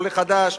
עולה חדש,